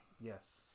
Yes